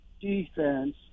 defense